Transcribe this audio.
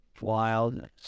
wild